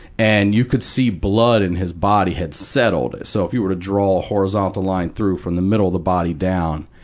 and you could see blood in his body had settled. so if you were to draw a horizontal line through from the middle of the body down,